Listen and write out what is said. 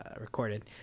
recorded